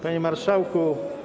Panie Marszałku!